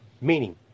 Meaning